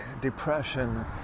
depression